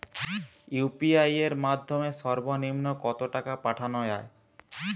UPI এর মাধ্যমে সর্ব নিম্ন কত টাকা পাঠানো য়ায়?